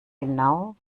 genau